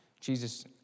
Jesus